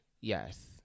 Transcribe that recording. Yes